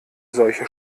solche